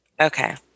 Okay